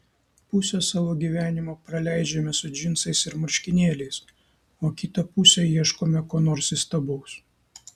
pusę savo gyvenimo praleidžiame su džinsais ir marškinėliais o kitą pusę ieškome ko nors įstabaus